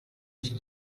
iki